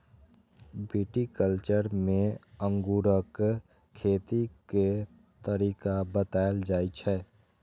viticulture मे अंगूरक खेती के तरीका बताएल जाइ छै